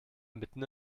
mitten